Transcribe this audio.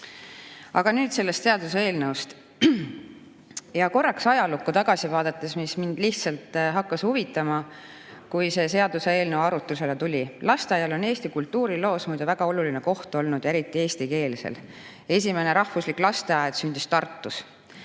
nüüd sellest seaduseelnõust korraks ajalukku tagasi vaadates. See mind lihtsalt hakkas huvitama, kui see seaduseelnõu arutusele tuli. Lasteaial on Eesti kultuuriloos muide väga oluline koht olnud, eriti eestikeelsel. Esimene rahvuslik lasteaed sündis Tartus.